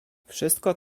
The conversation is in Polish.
wszystko